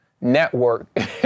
network